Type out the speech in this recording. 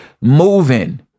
moving